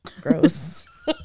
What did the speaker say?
Gross